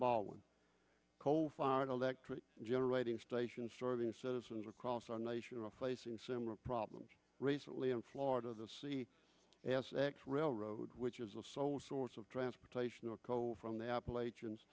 baldwin coal fired electric generating stations starting citizens across our nation are facing similar problems recently in florida the c s x railroad which is the sole source of transportation or coal from the appalachians